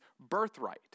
birthright